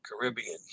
Caribbean